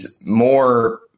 more